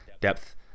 depth